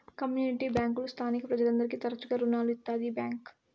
community బ్యాంకులు స్థానిక ప్రజలందరికీ తరచుగా రుణాలు ఇత్తాది ఈ బ్యాంక్